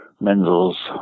Menzel's